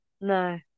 No